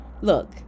Look